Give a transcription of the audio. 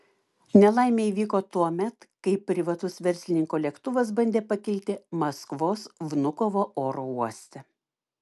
nelaimė įvyko tuomet kai privatus verslininko lėktuvas bandė pakilti maskvos vnukovo oro uoste